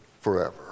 Forever